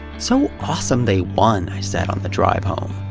so awesome they won, i said on the drive home.